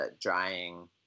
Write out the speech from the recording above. drying